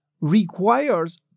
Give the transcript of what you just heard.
requires